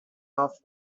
off